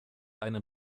einen